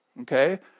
okay